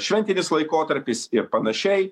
šventinis laikotarpis ir panašiai